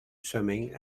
swimming